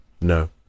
no